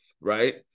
right